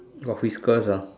office girls ah